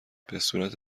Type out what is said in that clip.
بهصورت